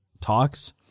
talks